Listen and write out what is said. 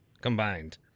combined